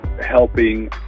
helping